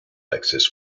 access